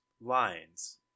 lines